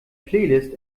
playlist